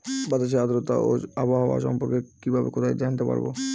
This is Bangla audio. বাতাসের আর্দ্রতা ও আবহাওয়া সম্পর্কে কিভাবে কোথায় জানতে পারবো?